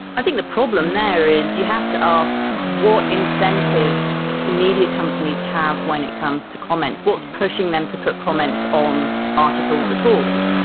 i think the problem there is you have to ask what incentives media companies have when it comes to comments, what's pushing them to put comments on articles at all.